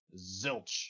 Zilch